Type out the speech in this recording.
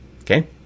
Okay